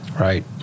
Right